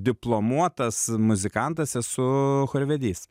diplomuotas muzikantas esu chorvedys